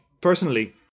personally